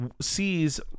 sees